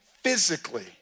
physically